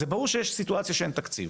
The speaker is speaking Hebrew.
זה ברור שיש סיטואציה שאין תקציב,